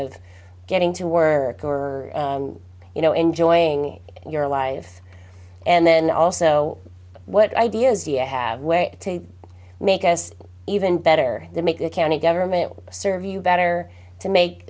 of getting to were or you know enjoying your life and then also what ideas you have to make us even better to make the county government serve you better to make